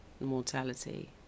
mortality